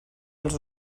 els